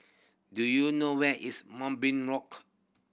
do you know where is Moonbeam Walk